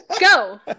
go